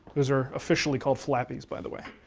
those are officially called flappies, by the way.